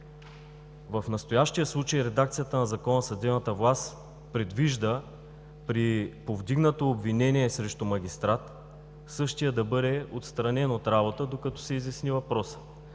В настоящия случай редакцията на Закона за съдебната власт предвижда при повдигнато обвинение срещу магистрат същият да бъде отстранен от работа докато се изясни въпросът.